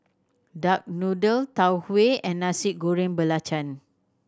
duck noodle Tau Huay and Nasi Goreng Belacan